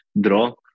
draw